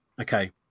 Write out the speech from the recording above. Okay